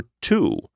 two